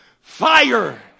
fire